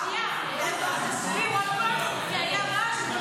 שנייה, תסביר עוד פעם, כי היה רעש ולא שמעו.